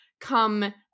come